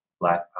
Black